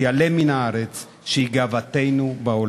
שהיא גאוותנו בעולם,